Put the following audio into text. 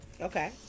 Okay